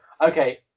okay